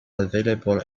available